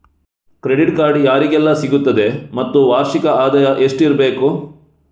Credit card ಯಾರಿಗೆಲ್ಲ ಸಿಗುತ್ತದೆ ಮತ್ತು ವಾರ್ಷಿಕ ಎಷ್ಟು ಆದಾಯ ಇರಬೇಕು?